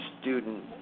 student